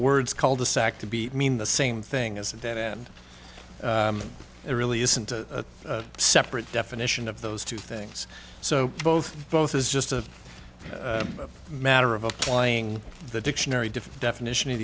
words cul de sac to be mean the same thing as that and it really isn't a separate definition of those two things so both both is just a matter of applying the dictionary different definition of